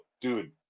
dude